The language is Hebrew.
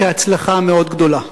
כהצלחה מאוד גדולה.